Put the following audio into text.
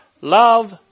love